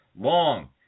Long